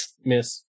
miss